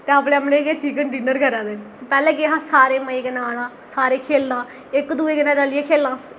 ते अपने अपने चीटर बीनर गै रैह्ने पैह्लें केह् हा सारें मजे कन्नै औना सारें खेलना इक दुए कन्नै रलियै खेलना